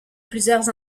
plusieurs